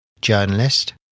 journalist